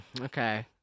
Okay